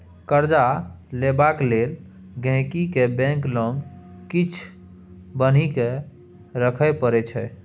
कर्जा लेबाक लेल गांहिकी केँ बैंक लग किछ बन्हकी राखय परै छै